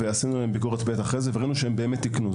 שתיקנו, וביצענו ביקורות וראינו שאכן באמת תיקנו.